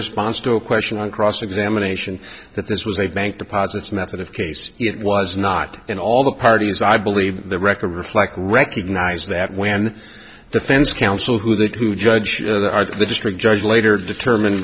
response to a question on cross examination that this was a bank deposits method of case it was not in all the parties i believe the record reflect recognize that when the fence counsel who judge the district judge later determine